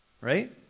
right